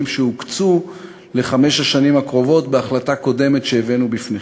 שהוקצו לחמש השנים הקרובות בהחלטה קודמת שהבאנו בפניכם.